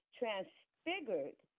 transfigured